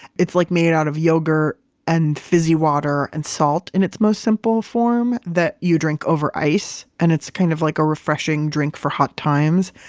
it's like made out of yogurt and fizzy water and salt in its most simple form, that you drink over ice. and it's kind of like a refreshing drink for hot times.